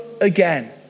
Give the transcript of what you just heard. again